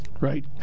right